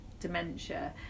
dementia